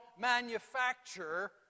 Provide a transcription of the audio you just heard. manufacture